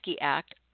Act